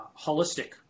holistic